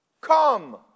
Come